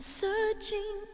searching